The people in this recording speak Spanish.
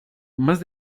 más